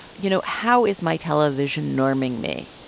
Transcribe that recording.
you know, how is my television norming me?